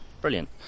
brilliant